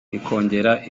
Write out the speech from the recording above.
ikongera